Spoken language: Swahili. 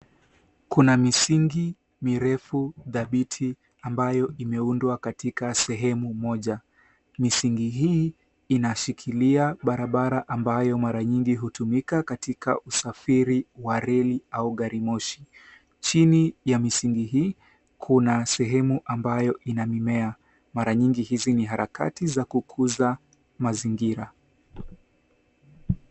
Kuna misingi mirefu dhabiti ambayo imeundwa katika sehemu moja. Misingi hii inashikilia barabara ambayo mara nyingi hutumika katika usafiri wa reli au gari moshi. Chini ya misingi hii, kuna sehemu ambayo ina mimea, mara nyingi hizi ni harakati za kukuza mazingira.